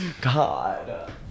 god